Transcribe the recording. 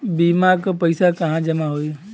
बीमा क पैसा कहाँ जमा होई?